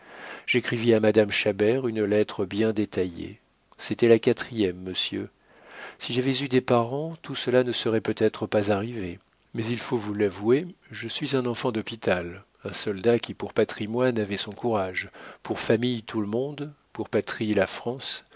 j'écrivis à madame chabert une lettre bien détaillée c'était la quatrième monsieur si j'avais eu des parents tout cela ne serait peut-être pas arrivé mais il faut vous l'avouer je suis un enfant d'hôpital un soldat qui pour patrimoine avait son courage pour famille tout le monde pour patrie la france